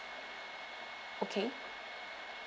okay